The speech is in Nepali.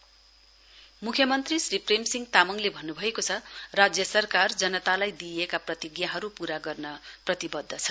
सिएम मुख्यमन्त्री श्री प्रेमसिंह तामङले भन्नुभएको छ राज्य सरकार जनतालाई दिइएका प्रतिज्ञाहरु पूरा गर्न प्रतिबध्द छ